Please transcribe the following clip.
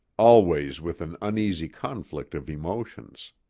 always with an uneasy conflict of emotions.